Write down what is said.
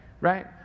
right